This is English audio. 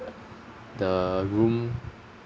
the room